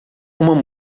uma